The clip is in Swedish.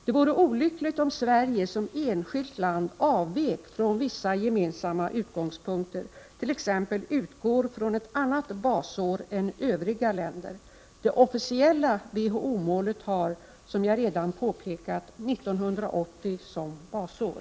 Det vore olyckligt om Sverige som enskilt land avvek från vissa gemensamma utgångspunkter, t.ex. utgick från ett annat basår än övriga länder. Det officiella WHO-målet har — som jag redan påpekat — 1980 som basår.